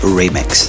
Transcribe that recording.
remix